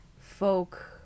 Folk